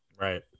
right